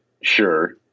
sure